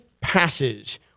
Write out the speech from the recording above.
passes